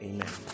Amen